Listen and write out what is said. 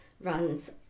runs